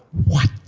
what?